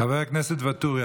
חבר הכנסת ואטורי,